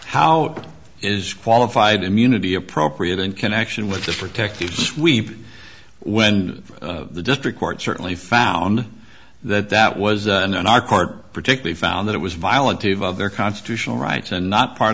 how is qualified immunity appropriate in connection with the protective sweep when the district court certainly found that that was in our court particularly found that it was violent to evolve their constitutional rights and not part